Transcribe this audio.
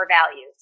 values